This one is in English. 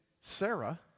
Sarah